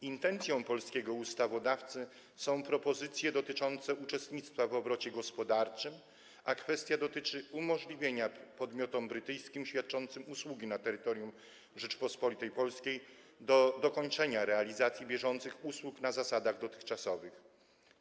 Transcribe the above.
Intencją polskiego ustawodawcy są propozycje dotyczące uczestnictwa w obrocie gospodarczym, a dotyczy to kwestii umożliwienia podmiotom brytyjskim świadczącym usługi na terytorium Rzeczypospolitej Polskiej dokończenia realizacji bieżących usług na dotychczasowych zasadach.